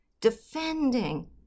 defending